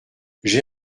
j’ai